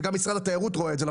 גם משרד התיירות רואה את זה,